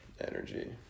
energy